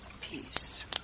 peace